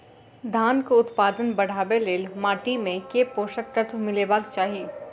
धानक उत्पादन बढ़ाबै लेल माटि मे केँ पोसक तत्व मिलेबाक चाहि?